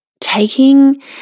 taking